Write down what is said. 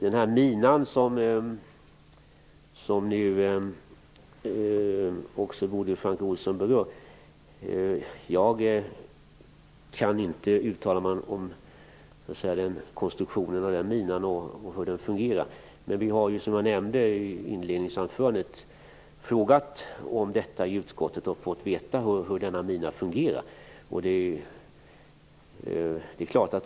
Jag kan inte uttala mig om konstruktionen av den mina som Bodil Francke Ohlsson också berör och hur den fungerar. Men vi har ju, som jag nämnde i mitt inledningsanförande, frågat om detta i utskottet och fått veta hur denna mina fungerar.